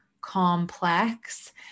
complex